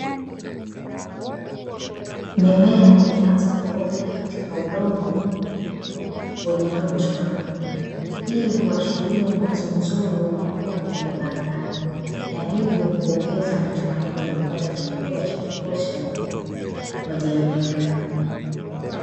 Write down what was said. Mimea imeaza kuota katika udongo wenye rutuba hii huashiria mwanzo mzuri wa mavuno ya baadaye, na hivyo kuongeza matumaini ya kupata chakula cha kutosha kwa jamii.